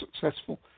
successful